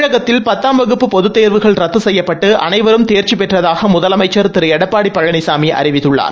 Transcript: தமிழகத்தில் பத்தாம் வகுப்பு பொதுத் தேர்வுகள் ரத்து செய்யப்பட்டு அனைவரும் தேர்ச்சி பெற்றதாக முதலமைச்ச் திரு எடப்பாடி பழனிசாமி அறிவித்துள்ளார்